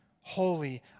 holy